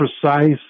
precise